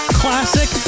classic